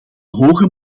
hoge